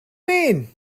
mean